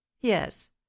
Yes